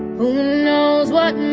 who knows what